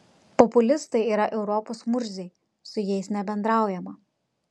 populistai yra europos murziai su jais nebendraujama